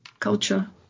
culture